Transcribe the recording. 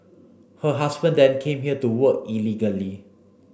her husband then came here to work illegally